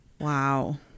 Wow